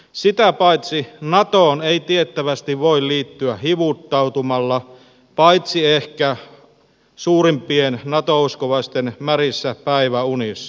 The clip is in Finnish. sitä paitsi natoon ei tiettävästi voi liittyä hivuttautumalla paitsi ehkä suurimpien nato uskovaisten märissä päiväunissa